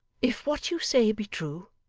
if what you say be true,